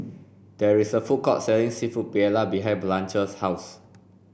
there is a food court selling Seafood Paella behind Blanche's house